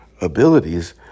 abilities